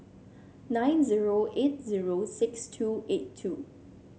nine zero eight zero six two eight two